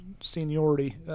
seniority